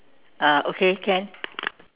uh okay can